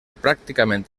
pràcticament